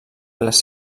les